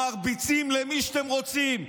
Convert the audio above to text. מרביצים למי שאתם רוצים.